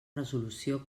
resolució